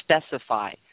specify